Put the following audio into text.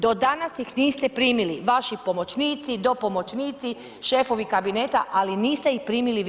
Do danas ih niste primili, vaši pomoćnici, dopomoćnici, šefovi kabineta ali niste ih primili vi.